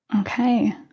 Okay